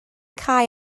cau